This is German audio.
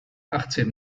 achtzehn